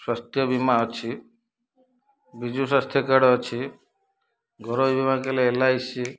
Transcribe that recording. ସ୍ୱାସ୍ଥ୍ୟ ବୀମା ଅଛି ବିଜୁ ସ୍ୱାସ୍ଥ୍ୟ କାର୍ଡ଼ ଅଛି ଘରୋଇ ବୀମା କହିଲେ ଏଲ୍ ଆଇ ସି